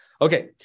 Okay